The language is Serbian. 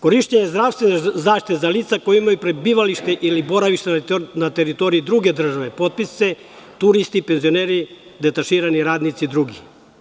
Korišćenje zdravstvene zaštiteza lica koja imaju prebivalište ili boravište na teritoriji druge države, potpise, turisti, penzioneri, detaširani radnici i drugi.